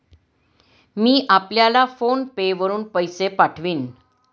मी आपल्याला PhonePe वरुन पैसे पाठवीन